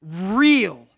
real